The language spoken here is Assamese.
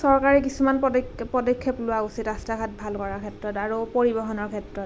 চৰকাৰে কিছুমান পদক্ষেপ লোৱা উচিত ৰাস্তা ঘাট ভাল কৰাৰ ক্ষেত্ৰত আৰু পৰিবহণৰ ক্ষেত্ৰত